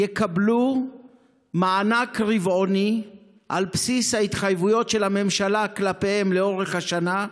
יקבלו מענק רבעוני על בסיס ההתחייבויות של הממשלה כלפיהם לאורך השנה,